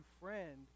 friend